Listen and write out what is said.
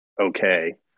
okay